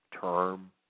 term